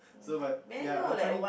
so but ya I'm trying